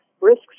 risks